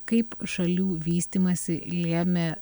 kaip šalių vystymąsi lėmė